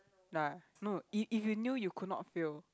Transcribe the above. no lah no if if you knew you could not fail